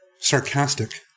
sarcastic